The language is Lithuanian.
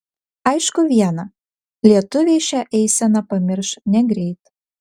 aišku viena lietuviai šią eiseną pamirš negreit